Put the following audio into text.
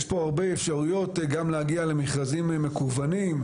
יש פה הרבה אפשרויות גם להגיע למכרזים מקוונים,